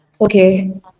okay